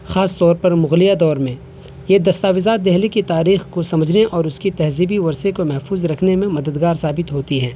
خاص طور پر مغلیہ دور میں یہ دستاویزات دہلی کی تاریخ کو سمجھنے اور اس کے تہذیبی ورثے کو محفوظ رکھنے میں مددگار ثابت ہوتی ہیں